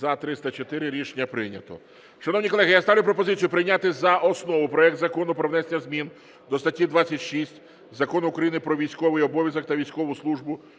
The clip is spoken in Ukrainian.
За-304 Рішення прийнято.